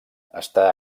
està